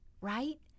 right